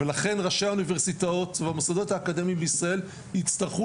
ולכן ראשי האוניברסיטאות והמוסדות האקדמיים בישראל יצטרכו